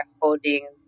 holding